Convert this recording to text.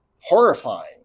horrifying